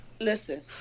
listen